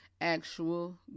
actual